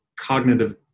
cognitive